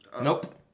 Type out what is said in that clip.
Nope